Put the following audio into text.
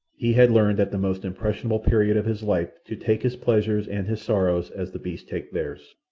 he had learned at the most impressionable period of his life to take his pleasures and his sorrows as the beasts take theirs.